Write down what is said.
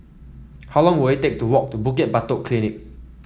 how long will it take to walk to Bukit Batok Polyclinic